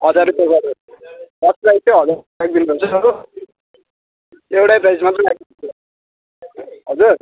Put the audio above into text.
हजार रुपियाँ गरेर फर्स्ट प्राइज चाहिँ हजार रुपियाँ राखिदिनु पर्छ हो एउटै प्राइज मात्रै राखिदिनु पर्छ हजुर